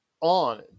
on